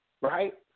right